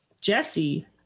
Jesse